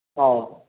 ꯑꯧ